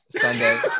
sunday